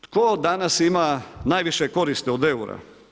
Tko danas ima najviše koristi od eura?